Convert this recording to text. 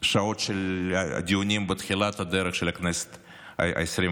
שעות של דיונים בתחילת הדרך של הכנסת העשרים-וחמש,